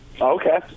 okay